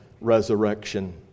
resurrection